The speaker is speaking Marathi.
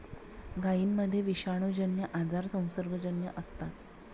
गायींमध्ये विषाणूजन्य आजार संसर्गजन्य असतात